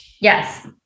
Yes